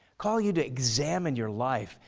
calling you to examine your life,